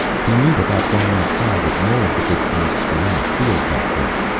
he knew without going outside that more of the big beasts were in the field back there.